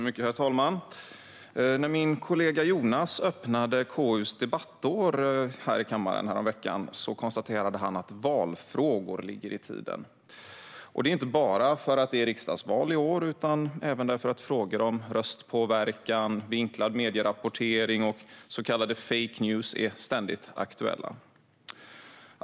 Herr talman! När min kollega Jonas öppnade KU:s debattår i kammaren häromveckan konstaterade han att valfrågor ligger i tiden. Det gör de inte bara för att det är riksdagsval i år utan även för att frågor om röstpåverkan, vinklad medierapportering och så kallade fake news är ständigt aktuella.